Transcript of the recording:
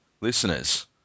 Listeners